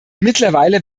mittlerweile